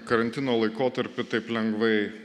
karantino laikotarpiu taip lengvai